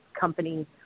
company